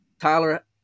tyler